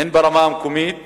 הן ברמה המקומית